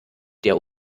der